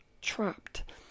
trapped